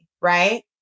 right